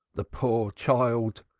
the poor child.